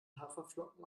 haferflocken